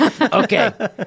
Okay